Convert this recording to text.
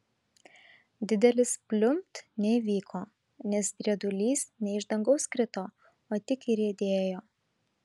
didelis pliumpt neįvyko nes riedulys ne iš dangaus krito o tik įriedėjo